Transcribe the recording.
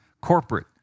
corporate